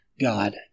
God